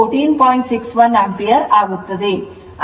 61 ampere ಆಗುತ್ತದೆ